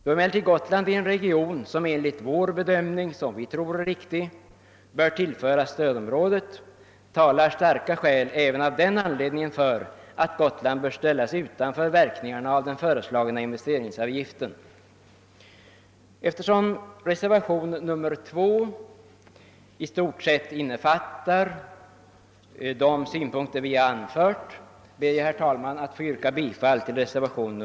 Då emellertid Gotland är en region, som enligt vår åsikt bör tillföras stödområdet, talar starka skäl även av den anledningen för att Gotland bör ställas utanför verkningarna av den föreslagna investeringsavgiften. Eftersom reservationen 2 i stort sett innefattar de synpunkter vi har anfört, ber jag, herr talman, att få yrka bifall till denna.